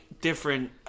different